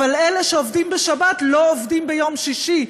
אבל אלה שעובדים בשבת לא עובדים ביום שישי.